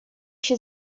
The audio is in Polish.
się